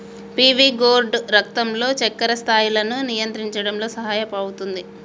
PV gourd రక్తంలో చక్కెర స్థాయిలను నియంత్రించడంలో సహాయపుతుంది